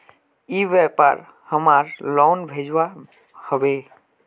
ई व्यापार हमार लोन भेजुआ हभे?